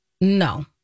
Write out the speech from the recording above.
no